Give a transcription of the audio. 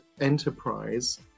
enterprise